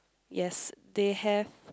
yes they have